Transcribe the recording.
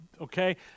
okay